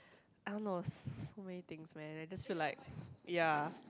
I don't know so many things man I just feel like ya